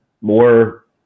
more